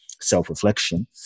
self-reflection